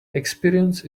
experience